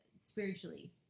spiritually